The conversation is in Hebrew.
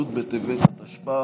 י' בטבת התשפ"א,